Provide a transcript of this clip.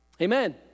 Amen